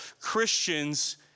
Christians